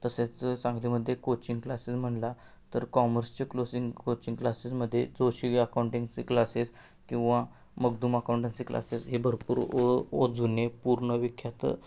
तसेच सांगलीमध्ये coaching classes म्हणाला तर कॉमर्सचे क्लोसिंग कोचिंग क्लासेसमध्ये जोशीव्या अकाउंटिंगची क्लासेस किंवा मगदूम अकाऊंटन्सी क्लासेस हे भरपूर व व जुने पूर्ण विख्यात